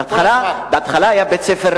בהתחלה היה בית-ספר,